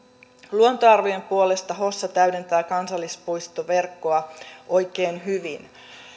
luontoarvojen puolesta hossa täydentää kansallispuistoverkkoa oikein hyvin